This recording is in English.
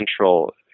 central